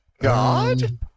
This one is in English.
God